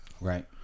Right